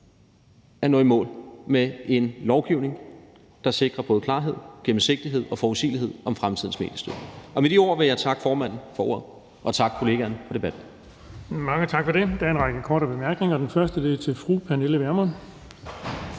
at nå i mål med en lovgivning, der sikrer både klarhed, gennemsigtighed og forudsigelighed om fremtidens mediestøtte. Med de ord vil jeg takke formanden for ordet og takke kollegaerne for debatten. Kl. 15:54 Den fg. formand (Erling Bonnesen): Mange tak for det. Der er en række korte bemærkninger. Den første er til fru Pernille Vermund.